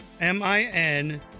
M-I-N-